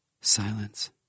Silence